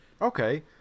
Okay